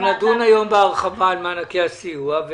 אנחנו נדון היום בהרחבה על מענקי הסיוע.